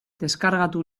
deskargatu